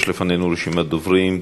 יש לפנינו רשימת דוברים.